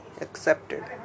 accepted